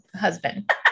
husband